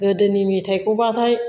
गोदोनि मेथाइखौबाथाय